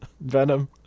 Venom